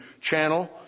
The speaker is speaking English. channel